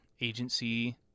agency